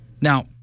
Now